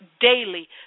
daily